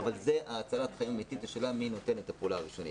אבל זה הצלת החיים והשאלה מי נותן את הפעולה הראשונית.